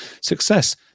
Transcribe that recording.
success